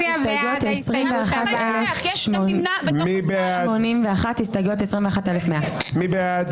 21,181 עד 21,200. מי בעד?